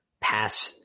pass